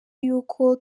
y’uko